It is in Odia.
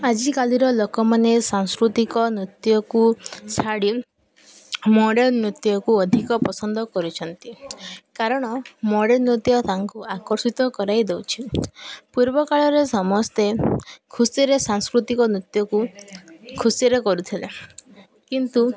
ଆଜିକାଲିର ଲୋକମାନେ ସାଂସ୍କୃତିକ ନୃତ୍ୟକୁ ଛାଡ଼ି ମଡ଼ର୍ନ ନୃତ୍ୟକୁ ଅଧିକ ପସନ୍ଦ କରୁଛନ୍ତି କାରଣ ମଡ଼ର୍ନ ନୃତ୍ୟ ତାଙ୍କୁ ଆକର୍ଷିତ କରାଇ ଦେଉଛି ପୂର୍ବ କାଳରେ ସମସ୍ତେ ଖୁସିରେ ସାଂସ୍କୃତିକ ନୃତ୍ୟକୁ ଖୁସିରେ କରୁଥିଲେ କିନ୍ତୁ